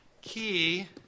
key